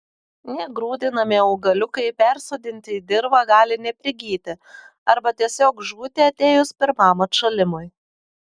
negrūdinami augaliukai persodinti į dirvą gali neprigyti arba tiesiog žūti atėjus pirmam atšalimui